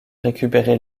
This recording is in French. récupérer